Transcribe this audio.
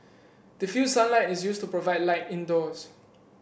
diffused sunlight is used to provide light indoors